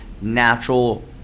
natural